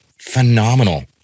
phenomenal